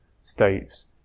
states